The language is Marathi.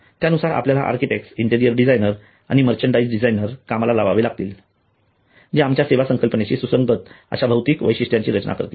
त्यानुसार आपल्याला आर्किटेक्ट्स इंटिरियर डिझायनर आणि मर्चेंडाइज डिझायनर्स कामाला लावावे लागतील जे आमच्या सेवा संकल्पनेशी सुसंगत अश्या भौतिक वैशिष्ट्यांची रचना करतील